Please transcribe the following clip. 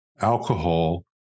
Alcohol